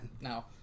No